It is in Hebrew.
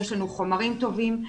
יש לנו חומרים טובים,